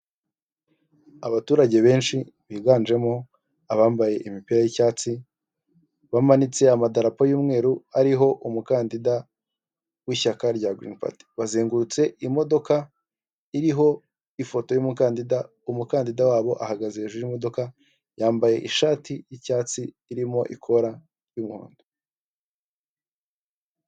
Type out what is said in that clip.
Abaturage benshi biganjemo abambaye imipira y'icyatsi, bamanitse amadarapo y'umweru ariho umukandida w'ishyaka rya girini pati, bazengurutse imodoka iriho ifoto y'umukandida, umukandida wabo ahagaze hejuru y'imodoka, yambaye ishati y'icyatsi irimo ikora ry'umuhondo.